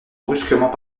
brusquement